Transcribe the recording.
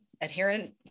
adherent